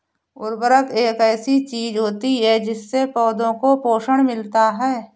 उर्वरक एक ऐसी चीज होती है जिससे पौधों को पोषण मिलता है